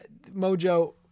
Mojo